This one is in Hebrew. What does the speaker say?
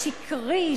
שקרי,